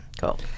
cool